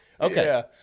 Okay